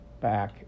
Back